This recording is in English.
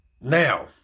Now